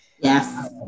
Yes